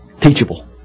teachable